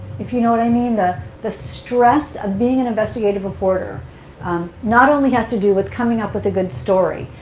if you know what i mean? the the stress of being an investigative reporter not only has to do with coming up with a good story,